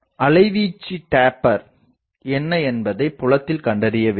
அலைவீச்சு டேப்பர் என்ன என்பதைப் புலத்தில் கண்டறிய வேண்டும்